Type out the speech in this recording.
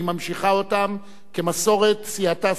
היא ממשיכה אותם כמסורת סיעתה,